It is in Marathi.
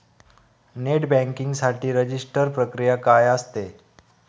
नेट बँकिंग साठी रजिस्टर प्रक्रिया काय असते?